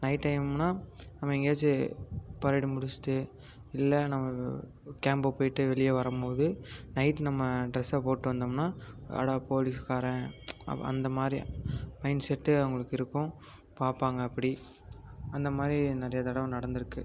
night டைம்னா நம்ம எங்கேயாச்சி பரைடு முடிச்சுட்டு இல்லை நம்ம கேம்ப்புக்கு போய்ட்டு வெளியே வரும் போது நைட்டு நம்ம ட்ரெஸ்ஸை போட்டு வந்தோம்னா அட போலீஸ்காரன் அந்தமாதிரி மைண்ட்செட்டு அவங்களுக்கு இருக்கும் பார்ப்பாங்க அப்படி அந்தமாதிரி நிறையா தடவை நடந்திருக்கு